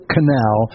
Canal